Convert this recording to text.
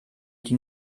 die